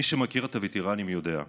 מי שמכיר את הווטרנים יודע: